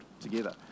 together